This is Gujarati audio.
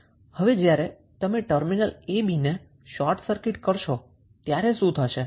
હવે જ્યારે તમે ટર્મિનલ a b ને શોર્ટ સર્કિટ કરશો ત્યારે શું થશે